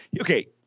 okay